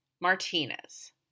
Martinez